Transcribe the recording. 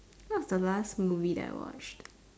what was the last movie that I watched